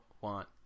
want